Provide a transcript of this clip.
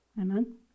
amen